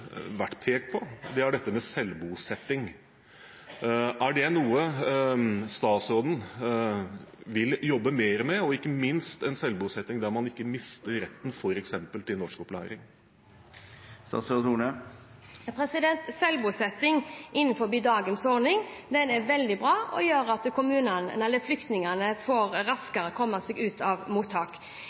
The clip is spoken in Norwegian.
vært pekt på, er dette med selvbosetting. Er det noe statsråden vil jobbe mer med, og ikke minst en selvbosetting der man ikke mister retten til f.eks. norskopplæring? Selvbosetting innenfor dagens ordning er veldig bra og gjør at flyktningene raskere kommer seg ut av mottak.